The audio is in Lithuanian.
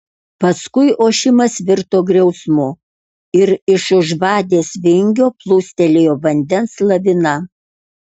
paskui ošimas virto griausmu ir iš už vadės vingio plūstelėjo vandens lavina